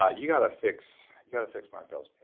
ah you've got to fix, you've got to fix mark bell's